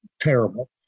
terrible